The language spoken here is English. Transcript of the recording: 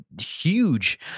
huge